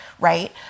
right